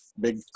big